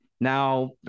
Now